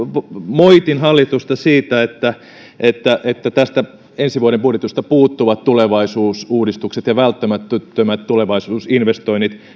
moitin hallitusta siitä että että tästä ensi vuoden budjetista puuttuvat tulevaisuusuudistukset ja välttämättömät tulevaisuusinvestoinnit